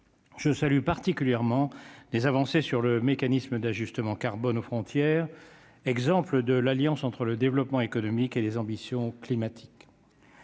je salue particulièrement les avancées sur le mécanisme d'ajustement carbone aux frontières, exemple de l'alliance entre le développement économique et les ambitions climatiques